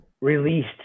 released